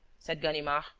said ganimard,